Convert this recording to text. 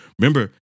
remember